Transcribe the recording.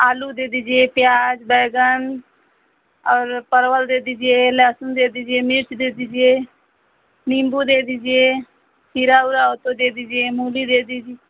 आलू दे दीजिए प्याज बैंगन और परवल दे दीजिए लहसुन दे दीजिए मिर्च दे दीजिए नींबू दे दीजिए खीरा ऊरा हो तो दे दीजिए मूली दे दीजिए